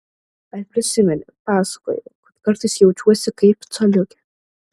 ar prisimeni pasakojau kad kartais jaučiuosi kaip coliukė